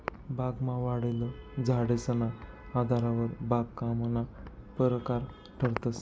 बागमा वाढेल झाडेसना आधारवर बागकामना परकार ठरतंस